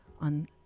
on